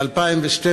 ב-2012: